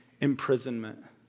imprisonment